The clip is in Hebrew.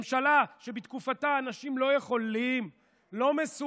ממשלה שבשנה אחת, שר